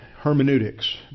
hermeneutics